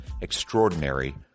extraordinary